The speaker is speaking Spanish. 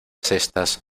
cestas